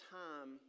time